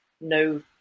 no